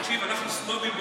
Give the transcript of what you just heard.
תשמע, אנחנו סנובים באופוזיציה,